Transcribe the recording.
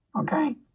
Okay